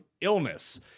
illness